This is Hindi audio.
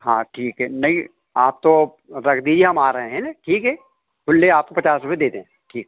हाँ ठीक है नहीं आप तो रख दीए हम आ रहे हैं ठीक है खुले आपको पचास रुपये दे दें ठीक